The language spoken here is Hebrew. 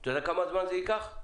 אתה יודע כמה זמן זה ייקח?